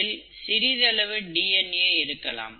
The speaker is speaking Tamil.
இதில் சிறிதளவு டிஎன்ஏ இருக்கலாம்